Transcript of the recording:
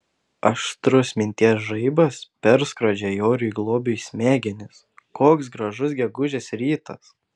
aštrus minties žaibas perskrodžia joriui globiui smegenis koks gražus gegužės rytas